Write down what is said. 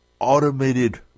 automated